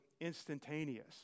instantaneous